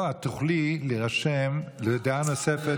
את תוכלי להירשם לדעה נוספת,